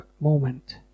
moment